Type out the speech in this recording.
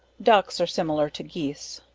ducks, are similar to geese.